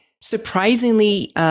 surprisingly